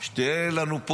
שתהיה לנו,